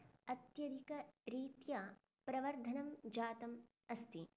अत्यधिकरीत्या प्रवर्धनं जातम् अस्ति